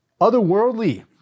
otherworldly